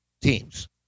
teams